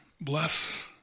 bless